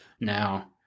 now